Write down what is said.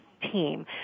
Team